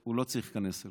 שהוא לא צריך להיכנס אליהן.